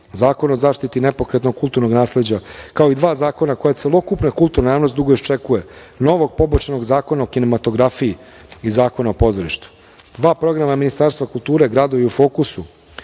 zakon o zaštiti nepokretnog kulturnog nasleđa, kao i dva zakona koja celokupna kulturna javnost dugo očekuje, novog poboljšanog zakona o kinematografiji i zakona o pozorištu. Dva programa Ministarstva kulture „Gradovi u fokusu“